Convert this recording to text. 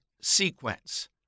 sequence